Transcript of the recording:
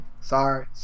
Sorry